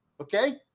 Okay